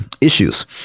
issues